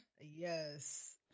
Yes